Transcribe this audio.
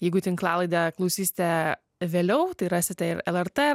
jeigu tinklalaidę klausysite vėliau tai rasite ir lrt